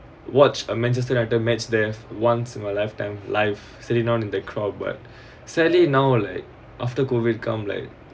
watch a manchester united match there's once in my lifetime life sitting on the crowd but sadly now like after COVID come like